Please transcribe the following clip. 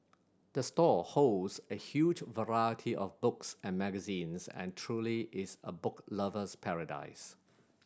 the store holds a huge variety of books and magazines and truly is a book lover's paradise